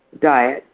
diet